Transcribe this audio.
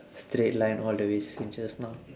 straight line all the way since just now